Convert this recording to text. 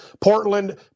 Portland